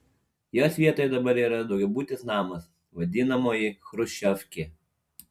jos vietoje dabar yra daugiabutis namas vadinamoji chruščiovkė